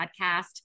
podcast